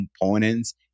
components